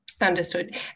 understood